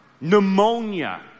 pneumonia